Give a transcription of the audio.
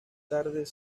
tardes